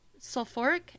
sulfuric